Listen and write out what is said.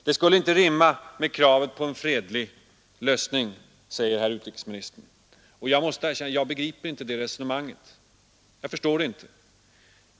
Det skulle inte rimma med kravet på en fredlig lösning, säger herr utrikesministern, och jag måste erkänna att jag inte begriper det resonemanget.